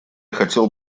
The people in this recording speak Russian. хотел